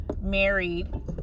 married